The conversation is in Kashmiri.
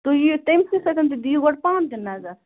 تُہۍ ییِو تٔمۍسٕے سۭتۍ تہٕ دِیو گوڈٕ پانہٕ تہِ نظر